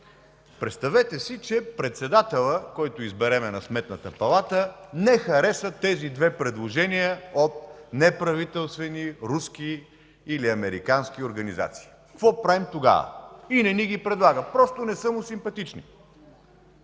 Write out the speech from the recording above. Представете си, че председателят на Сметната палата, който изберем, не хареса тези две предложения от неправителствени, руски или американски организации. Какво правим тогава? Или не ги предлага, просто не са му симпатични,